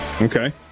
Okay